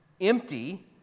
empty